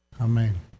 Amen